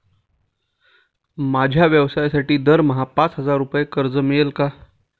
माझ्या व्यवसायासाठी दरमहा पाच हजार रुपये कर्ज मिळेल का?